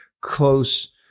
close